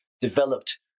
developed